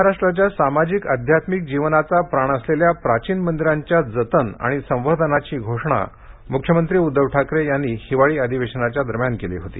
महाराष्ट्राच्या सामाजिक अध्यात्मिक जीवनाचा प्राण असलेल्या प्राचीन मंदिरांच्या जतन आणि संवर्धनाची घोषणा मुख्यमंत्री उद्धव ठाकरे यांनी हिवाळी अधिवेशनादरम्यान केली होती